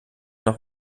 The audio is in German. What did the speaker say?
noch